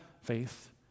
faith